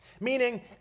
meaning